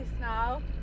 now